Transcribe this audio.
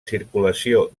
circulació